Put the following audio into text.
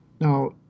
Now